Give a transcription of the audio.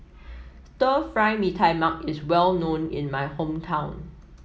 Stir Fry Mee Tai Mak is well known in my hometown